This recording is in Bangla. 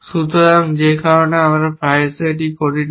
সুতরাং যে কারণে আমরা প্রায়শই এটি করি না